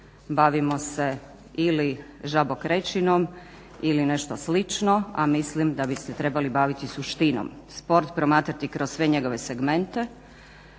bavimo se ili žabokrečinom ili nešto slično, a mislim da bi se trebali baviti suštinom, sport promatrati kroz sve njegove segmente,